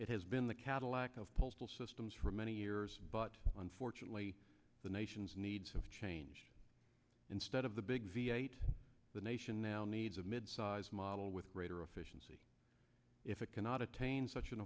it has been the cadillac of postal systems for many years but unfortunately the nation's needs have changed instead of the big v eight the nation now needs of midsize model with greater efficiency if it cannot attain such an